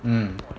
mm